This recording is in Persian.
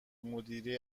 مدیره